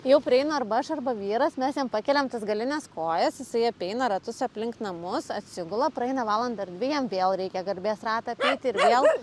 jau prieinu arba aš arba vyras mes jam pakeliam tas galines kojas jisai apeina ratus aplink namus atsigula praeina valanda ar dvi jam vėl reikia garbės ratą apeiti ir vėl